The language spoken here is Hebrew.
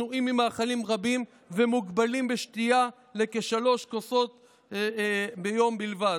מנועים ממאכלים רבים ומוגבלים בשתייה לכשלוש כוסות ביום בלבד.